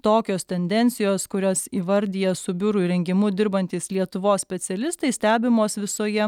tokios tendencijos kurios įvardija su biurų įrengimu dirbantys lietuvos specialistai stebimos visoje